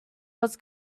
was